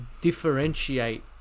differentiate